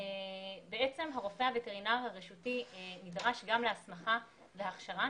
הרופא הווטרינר הרשותי נדרש גם להסמכה והכשרה.